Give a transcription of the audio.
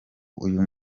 uyu